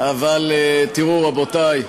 תראו, רבותי,